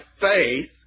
faith